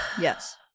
Yes